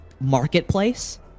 marketplace